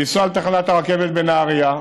לנסוע לתחנת הרכבת בנהרייה,